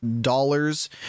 dollars